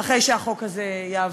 אחרי שהחוק הזה יעבור,